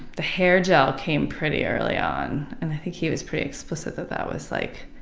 the hair gel came pretty early on, and he was pretty explicit that that was like,